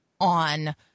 on